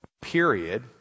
period